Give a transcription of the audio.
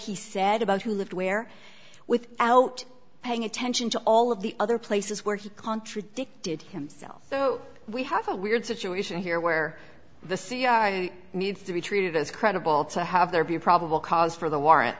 he said about who lived where without paying attention to all of the other places where he contradicted himself so we have a weird situation here where the c r needs to be treated as credible to have there be a probable cause for the war